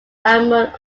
amun